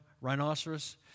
rhinoceros